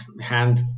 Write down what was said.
hand